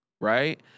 right